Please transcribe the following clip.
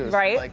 right?